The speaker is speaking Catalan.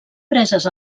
preses